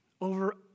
over